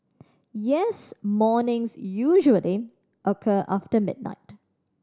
yes mornings usually occur after midnight